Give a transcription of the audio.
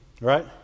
Right